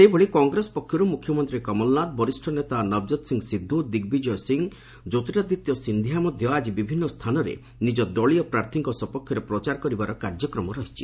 ସେଭଳି କଂଗ୍ରେସ ପକ୍ଷରୁ ମୁଖ୍ୟମନ୍ତ୍ରୀ କମଲନାଥ ବରିଷ୍ଣ ନେତା ନବଜତ ସିଂହ ସିଦ୍ଧୁ ଦିଗ୍ବିକୟ ସିଂହ ଜ୍ୟୋର୍ତିଆଦିତ୍ୟ ସିକ୍ଷିଆ ମଧ୍ୟ ଆଜି ବିଭିନ୍ନ ସ୍ଥାନରେ ନିଜ ଦଳୀୟ ପ୍ରାର୍ଥୀଙ୍କ ସପକ୍ଷରେ ପ୍ରଚାର କରିବାର କାର୍ଯ୍ୟକ୍ରମ ରହିଛି